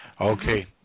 Okay